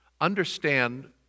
understand